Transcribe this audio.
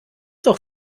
doch